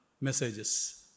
Messages